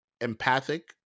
empathic